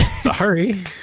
Sorry